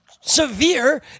severe